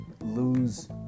lose